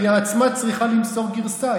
היא עצמה צריכה למסור גרסה,